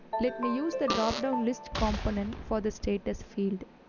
let me use the drop down list component for the status field.